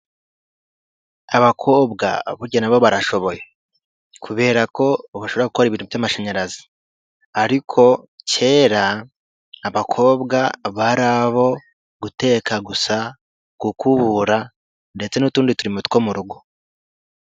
Abakobwa burya nabo barashoboye, kubera ko bashobora gukora ibintu by'amashanyarazi. Ariko kera abakobwa bari abo guteka gusa, gukubura ndetse n'utundi turimo two mu rugo.